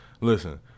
Listen